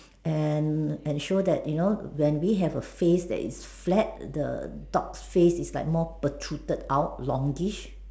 and and show that we have a face that is flat and the dog's face is protruded out longish